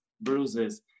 bruises